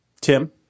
Tim